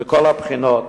מכל הבחינות,